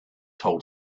told